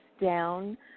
down